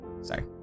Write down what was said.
Sorry